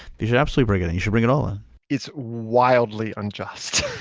he should apsley brigada, he should bring it all on it's wildly unjust.